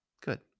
Good